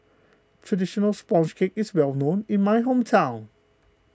Traditional Sponge Cake is well known in my hometown